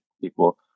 people